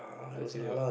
I always seen it what